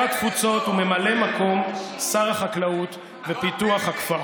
שר התפוצות וממלא מקום שר החקלאות ופיתוח הכפר.